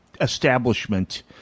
establishment